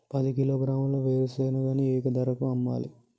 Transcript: పది కిలోగ్రాముల వేరుశనగని ఏ ధరకు అమ్మాలి?